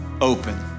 open